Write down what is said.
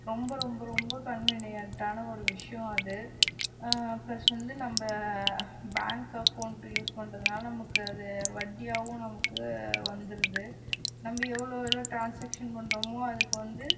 ரொம்ப ரொம்ப ரொம்ப கன்வெனியண்ட்டான ஒரு விஷயம் அது ப்ளஸ் வந்து நம்ம பேங்க் அக்கௌண்ட்டு யூஸ் பண்ணுறதுனால நமக்கு அது வட்டியாகவும் நமக்கு வந்துடுது நம்ம எவ்வளோ எவ்வளோ ட்ரான்ஸாக்ஷன் பண்ணுறமோ அதுக்கு வந்து